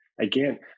again